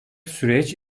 süreç